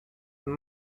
and